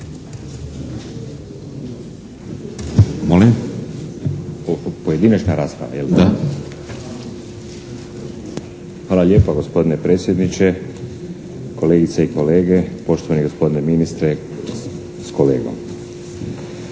Hvala lijepa gospodine predsjedniče, kolegice i kolege, poštovani gospodine ministre s kolegom.